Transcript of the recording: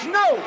no